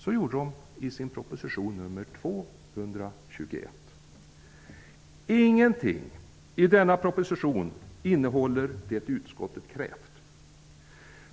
Så gjorde den i sin proposition nr 221. Ingenting i denna proposition innehåller det utskottet krävt!